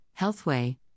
Healthway